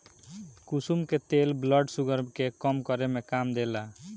कुसुम के तेल blood sugar के कम करे में काम देला